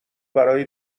برای